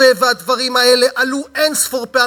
והוא שאל אותנו: אוקיי,